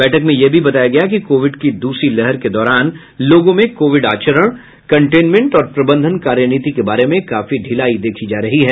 बैठक में यह भी बताया गया कि कोविड की दूसरी लहर के दौरान लोगों में कोविड आचरण कंटेनमेंट और प्रबंधन कार्यनीति के बारे में काफी ढिलाई देखी जा रही है